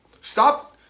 Stop